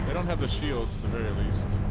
don't have the shields the very least,